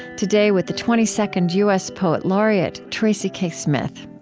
today with the twenty second u s. poet laureate, tracy k. smith.